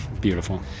beautiful